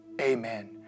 Amen